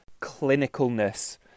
clinicalness